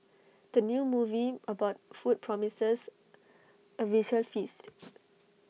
the new movie about food promises A visual feast